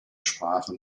sprachen